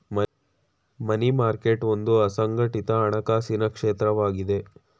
ಮನಿ market ಒಂದು ಅಸಂಘಟಿತ ಹಣಕಾಸಿನ ಕ್ಷೇತ್ರವಾಗಿದೆ